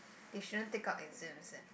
they shouldn't take out exams eh